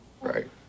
Right